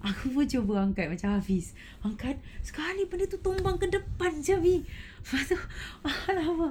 aku pun cuba angkat macam hafiz angkat sekali pun dia dah tumbang dia panjang eh lepas tu